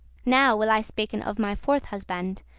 now will i speaken of my fourth husband.